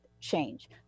change